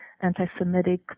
anti-Semitic